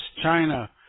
China